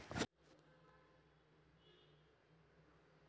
कोनो हर home loan लेके घर ल बनाथे त कोनो हर करजा बादी करके